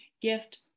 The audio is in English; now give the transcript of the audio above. gift